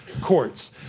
courts